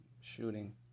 shooting